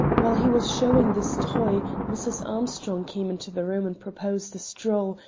while he was showing this toy, mrs. armstrong came into the room and proposed a stroll,